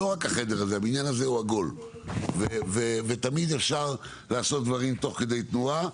לא רק החדר הזה הוא עגול ותמיד אפשר לעשות דברים תוך כדי תנועה,